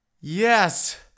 Yes